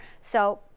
So-